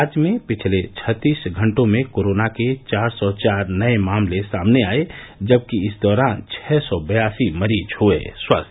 राज्य में पिछले छत्तीस घंटों में कोरोना के चार सौ चार नये मामले सामने आये जबकि इस दौरान छः सौ बयासी मरीज हुए स्वस्थ